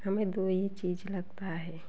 हमें दो ही चीज़ लगता है